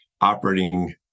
operating